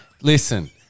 listen